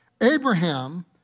Abraham